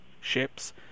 ships